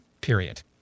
period